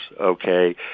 okay